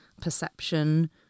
perception